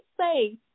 say